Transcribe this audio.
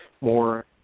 more